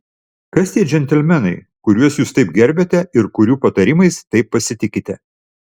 kas tie džentelmenai kuriuos jūs taip gerbiate ir kurių patarimais taip pasitikite